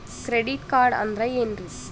Credit card ಅಂದ್ರ ಏನ್ರೀ?